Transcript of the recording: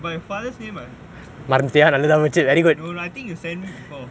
but father's name no I think you send me before